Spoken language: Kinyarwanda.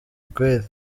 kweli